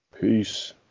Peace